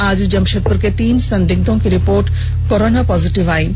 आज को जमशेदपुर के तीन संदिग्धों की रिपोर्ट कोरोना पॉजिटिव आई है